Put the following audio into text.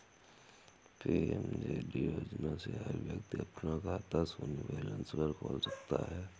PMJD योजना से हर व्यक्ति अपना खाता शून्य बैलेंस पर खोल सकता है